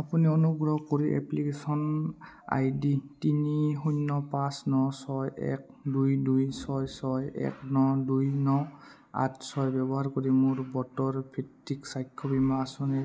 আপুনি অনুগ্ৰহ কৰি এপ্লিকেশ্যন আই ডি তিনি শূন্য পাঁচ ন ছয় এক দুই দুই ছয় ছয় এক ন দুই ন আঠ ছয় ব্যৱহাৰ কৰি মোৰ বতৰ ভিত্তিক চাক্ষ্য বীমা আঁচনি